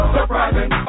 Surprising